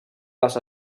les